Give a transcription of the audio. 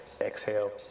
exhale